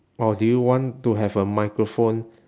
!wow! do you want to have a microphone